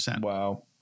Wow